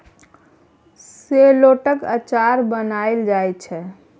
शेलौटक अचार बनाएल जाइ छै